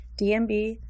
DMB